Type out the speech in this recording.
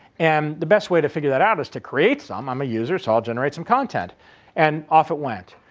and the best way to figure that out is to create some, i'm a user, so i'll generate some content and off it went.